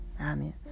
Amen